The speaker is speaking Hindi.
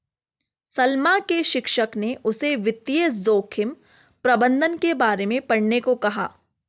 सलमा के शिक्षक ने उसे वित्तीय जोखिम प्रबंधन के बारे में पढ़ने को कहा